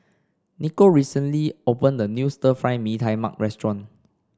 Nikko recently opened a new Stir Fry Mee Tai Mak restaurant